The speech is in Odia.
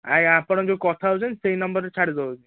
ଆଜ୍ଞା ଆପଣ ଯଉଁ କଥା ହେଉଛନ୍ତି ସେଇ ନମ୍ବରରେ ଛାଡ଼ି ଦେଉଛି